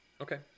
Okay